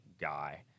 guy